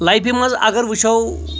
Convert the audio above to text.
لایفہِ منٛز اگر وٕچھو